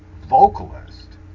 vocalist